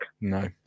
No